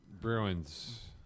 Bruins